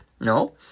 no